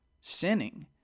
sinning